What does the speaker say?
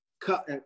cut